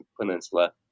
peninsula